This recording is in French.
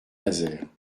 nazaire